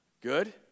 good